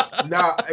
now